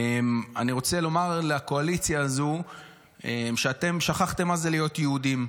אני רוצה לומר לקואליציה הזו שאתם שכחתם מה זה להיות יהודים.